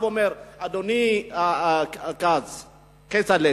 אדוני חבר הכנסת כץ,